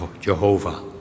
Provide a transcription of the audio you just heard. Jehovah